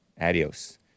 Adios